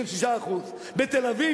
של 6%. בתל-אביב,